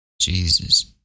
Jesus